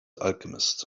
alchemist